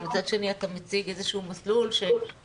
ומצד שני אתה מציג איזה שהוא מסלול שיחסית